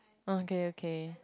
okay okay